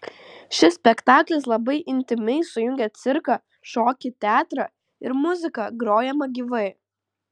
šis spektaklis labai intymiai sujungia cirką šokį teatrą ir muziką grojamą gyvai